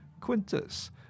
Quintus